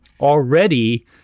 already